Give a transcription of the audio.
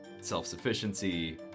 self-sufficiency